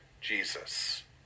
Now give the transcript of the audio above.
Jesus